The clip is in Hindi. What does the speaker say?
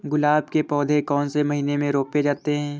गुलाब के पौधे कौन से महीने में रोपे जाते हैं?